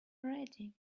ready